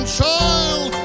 child